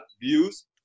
views